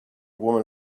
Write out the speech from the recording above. woman